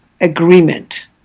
agreement